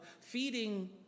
feeding